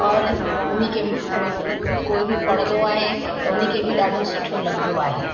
और हुनखे कोई बि पढ़ंदो आहे त हुनखे बि ॾाढो सुठो लॻंदो आहे